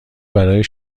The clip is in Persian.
برای